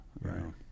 Right